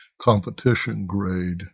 competition-grade